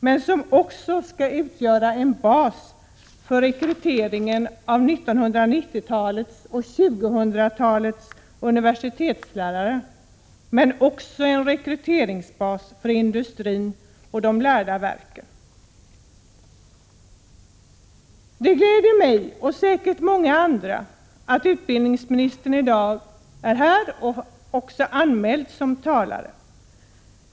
De skall också utgöra en bas för rekrytering av 1990-talets och 2000-talets universitetslärare, men också för industrin och de lärda verken. Det glädjer mig, och säkert många andra, att utbildningsministern är här i dag, och att han också är anmäld som talare.